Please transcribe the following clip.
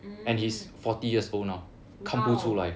mm !wow!